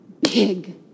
big